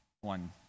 one